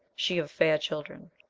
she of fair children.